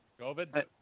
COVID